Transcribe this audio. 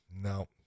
no